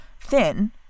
thin